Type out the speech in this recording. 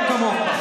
לא כמוך.